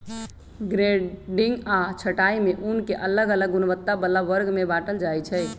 grading आऽ छँटाई में ऊन के अलग अलग गुणवत्ता बला वर्ग में बाटल जाइ छइ